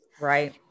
Right